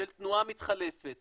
שזה תנועה מתחלפת,